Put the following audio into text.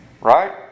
right